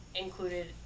included